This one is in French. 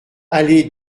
allée